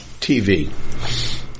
TV